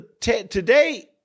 Today